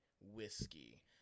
Whiskey